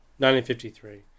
1953